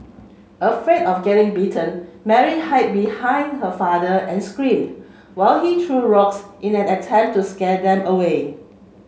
afraid of getting bitten Mary hid behind her father and screamed while he threw rocks in an attempt to scare them away